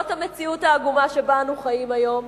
זאת המציאות העגומה שבה אנו חיים היום,